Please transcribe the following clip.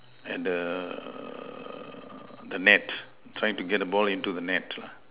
at the the net trying to get the ball into the net lah